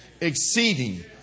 exceeding